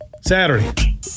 Saturday